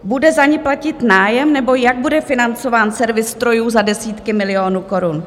Bude za ni platit nájem, nebo jak bude financován servis strojů za desítky milionů korun?